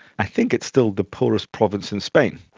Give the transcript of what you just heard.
i think it's still the poorest province in spain.